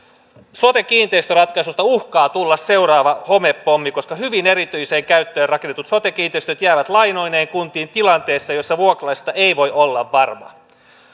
sote kiinteistöratkaisuista uhkaa tulla seuraava homepommi koska hyvin erityiseen käyttöön rakennetut sote kiinteistöt jäävät lainoineen kuntiin tilanteessa jossa vuokralaisesta ei voi olla varma